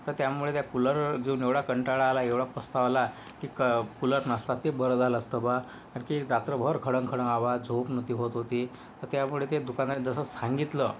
तर त्यामुळे काय कूलर घेऊन एवढा कंटाळा आला एवढा पस्तावा आला की क कूलर नस्ता ते बरं झालं असतं बुवा की रात्रभर खडंग खडंग आवाज झोप नव्हती होत होती तर त्यामुळे त्या दुकानादारानी जसं सांगितलं